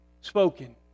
spoken